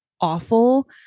awful